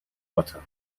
butter